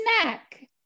snack